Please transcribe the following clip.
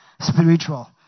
spiritual